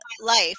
life